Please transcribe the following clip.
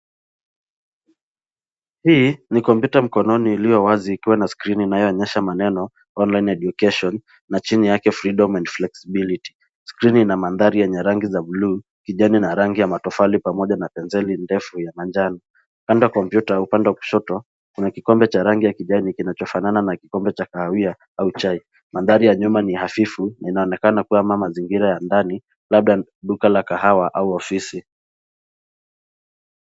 Hii ni kompyuta mkononi iliyo wazi ikiwa na skrini inayoonyesha maneno online education na chini yake freedom and flexibility . Skrini ina mandhari yenye rangi za buluu, kijani na rangi ya matofali pamoja na penseli ndefu ya manjano. Kando kompyuta, upande wa kushoto, kuna kikombe cha rangi ya kijani kinachofanana na kikombe cha kahawia au chai. Mandhari ya nyuma ni hafifu na inaonekana kama mazingira ya ndani, labda duka la kahawa au ofisi.